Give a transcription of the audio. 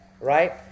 right